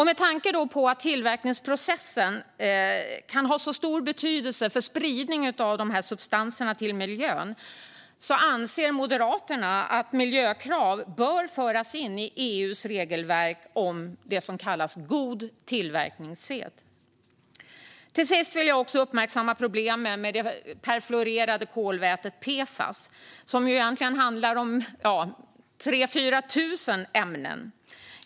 Med tanke på att tillverkningsprocessen kan ha så stor betydelse för spridningen av de substanserna till miljön anser Moderaterna att miljökrav bör föras in i EU:s regelverk om det som kallas god tillverkningssed. Till sist jag också uppmärksamma problemen med de perfluorerade kolvätet PFAS. Det handlar egentligen om 3 000-4 000 ämnen.